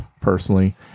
personally